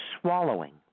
swallowing